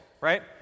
right